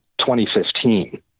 2015